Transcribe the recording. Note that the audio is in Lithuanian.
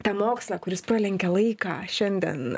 tą mokslą kuris pralenkia laiką šiandien